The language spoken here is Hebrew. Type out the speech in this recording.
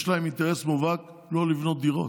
יש להם אינטרס מובהק לא לבנות דירות.